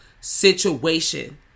situation